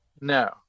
No